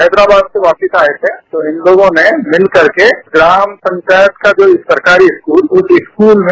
हैदराबाद से वापिस आए थे तो इन लोगों ने मिलकर के ग्राम पंचायत को जोसरकारी स्कूल हैं